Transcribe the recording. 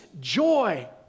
joy